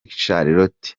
charlotte